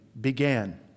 began